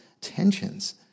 tensions